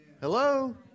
hello